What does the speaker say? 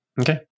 Okay